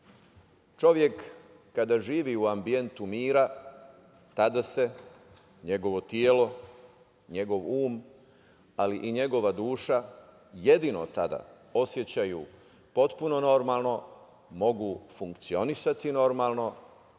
Čovek kada živi u ambijentu mira, tada se njegovo telo, njegov um, ali i njegova duša, jedino tada, osećaju potpuno normalno, mogu funkcionisati normalno